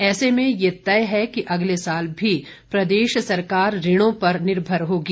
ऐसे में यह तय है कि अगले साल भी प्रदेश सरकार ऋणों पर निर्भर होगी